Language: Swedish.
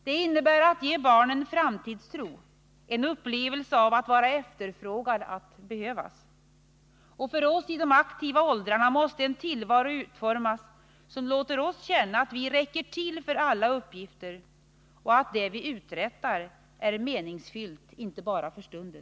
Det innebär att man skall ge barnen en framtidstro, en upplevelse att vara efterfrågade, att behövas. För oss i de ”aktiva” åldrarna måste en tillvaro utformas som låter oss känna att vi räcker till för alla uppgifter och att det vi uträttar är meningsfyllt inte bara för stunden.